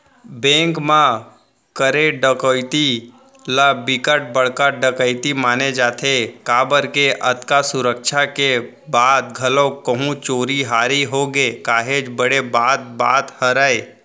bank म करे डकैती ल बिकट बड़का डकैती माने जाथे काबर के अतका सुरक्छा के बाद घलोक कहूं चोरी हारी होगे काहेच बड़े बात बात हरय